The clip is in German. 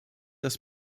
das